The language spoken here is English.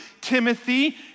Timothy